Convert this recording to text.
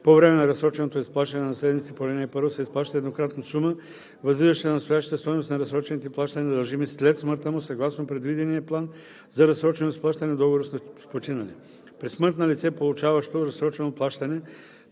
по време на разсроченото изплащане на наследниците по ал. 1 се изплаща еднократно сума, възлизаща на настоящата стойност на разсрочените плащания, дължими след смъртта му съгласно предвидения план за разсрочено изплащане в договора с починалия. (4) При смърт на лице, получаващо разсрочено плащане